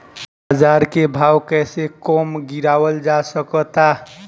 बाज़ार के भाव कैसे कम गीरावल जा सकता?